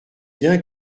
bien